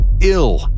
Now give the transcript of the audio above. Ill